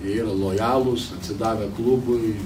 jie yra lojalūs atsidavę klubui